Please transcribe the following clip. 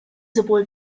sowohl